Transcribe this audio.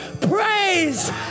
praise